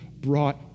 brought